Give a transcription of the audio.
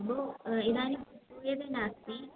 भोः इदानीं यदि नास्ति